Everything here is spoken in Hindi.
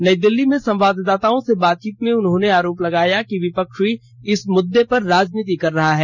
नई दिल्ली में संवाददाताओं से बातचीत में उन्होंने आरोप लगाया कि विपक्ष इस मुद्दे पर राजनीति कर रहा है